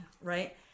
right